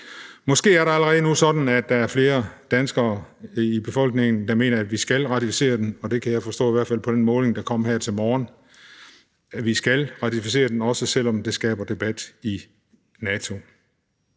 Måske er det allerede nu sådan, at der er flere i befolkningen, der mener, at vi skal ratificere den, og jeg kan i hvert fald forstå på den måling, der kom her til morgen, at vi skal ratificere den, også selv om det skaber debat i NATO.